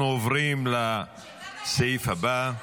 אנחנו עוברים לסעיף הבא,